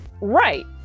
right